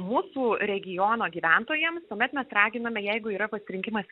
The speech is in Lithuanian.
mūsų regiono gyventojams tuomet mes raginame jeigu yra pasirinkimas